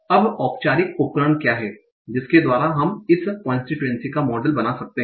अब औपचारिक उपकरण क्या है जिसके द्वारा हम इस कांस्टीट्यूएंसी का मॉडल बना सकते हैं